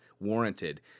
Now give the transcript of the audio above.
warranted